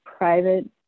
private